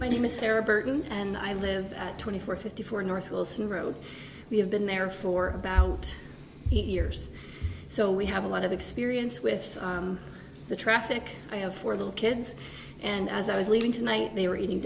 my name is sarah burton and i live at twenty four fifty four north wilson road we have been there for about eight years so we have a lot of experience with the traffic i have for the kids and as i was leaving tonight they were eating